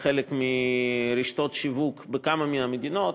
בחלק מרשתות שיווק בכמה מהמדינות.